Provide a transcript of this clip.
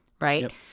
Right